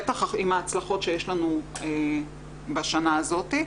בטח עם ההצלחות שיש לנו בשנה הזאת.